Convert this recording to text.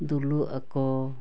ᱫᱩᱞᱩᱜ ᱟᱠᱚ